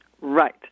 right